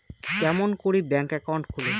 কেমন করি bank account খুলে?